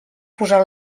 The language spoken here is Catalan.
posar